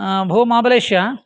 भो महाबलेश